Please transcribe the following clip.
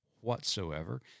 whatsoever